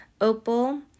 opal